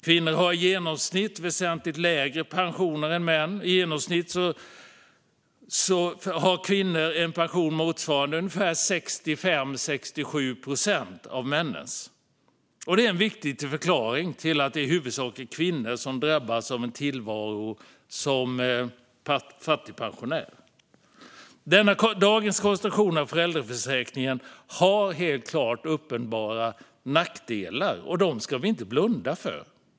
Kvinnor har i genomsnitt väsentligt lägre pensioner än män. I genomsnitt har kvinnor en pension motsvarande ungefär 65-67 procent av männens. Det är en viktig förklaring till att det i huvudsak är kvinnor som drabbas av en tillvaro som fattigpensionär. Dagens konstruktion av föräldraförsäkringen har uppenbara nackdelar, och dem ska vi inte blunda för.